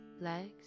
Legs